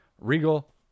Regal